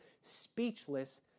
speechless